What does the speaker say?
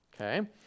okay